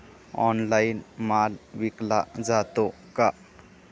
Online माल विकला जातो का?